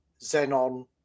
Xenon